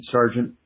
Sergeant